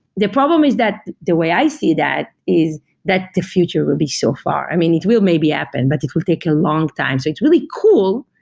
the problem is that the way i see that is that the future will be so far. i mean, it will maybe happen, but it will take a long time. so it's really cool,